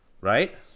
Right